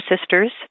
sisters